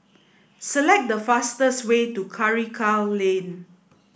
select the fastest way to Karikal Lane